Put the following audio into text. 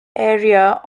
area